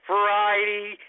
Variety